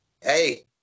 Hey